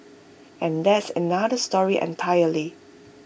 and that's another story entirely